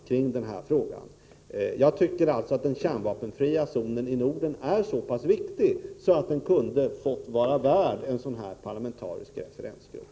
Vi tycker alltså att frågan om en kärnvapenfri zon i Norden är så pass viktig att den kunde vara värd en sådan här parlamentarisk referensgrupp.